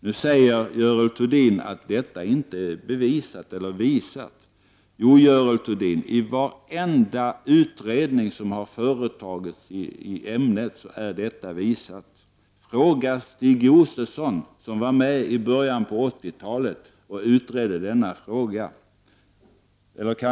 Nu säger Görel Thurdin att detta inte är bevisat. Jo, Görel Thurdin, i varenda utredning som har företagits i detta ämne har det bevisats. Fråga Stig Josefsson, som var med i början av 80-talet och utredde denna fråga!